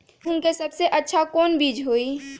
गेंहू के सबसे अच्छा कौन बीज होई?